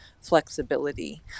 Flexibility